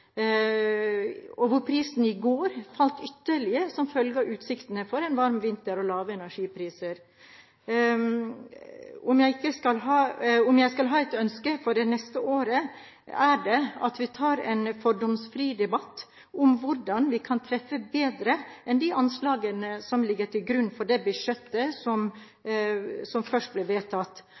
år, hvor det er lagt opp til en kvotepris på 110 kr, mens prisen per i dag er under det halve, og prisen i går falt ytterligere, som følge av utsiktene til en varm vinter og lave energipriser. Om jeg skal ha et ønske for det neste året, er det at vi tar en fordomsfri debatt om hvordan vi kan treffe bedre enn de anslagene som ligger til grunn for det budsjettet